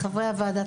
חברי הוועדה,